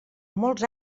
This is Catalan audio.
molts